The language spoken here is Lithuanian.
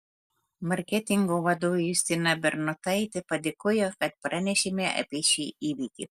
marketingo vadovė justina bernotaitė padėkojo kad pranešėme apie šį įvykį